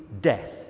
death